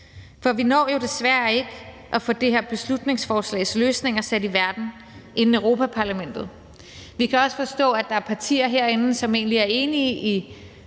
For vi når desværre ikke at få det her beslutningsforslags løsninger sat i værk inden valget til Europa-Parlamentet. Vi kan også forstå, at der er partier herinde, som egentlig er enige i